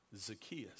Zacchaeus